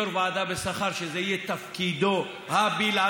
יו"ר ועדה בשכר שזה יהיה תפקידו הבלעדי.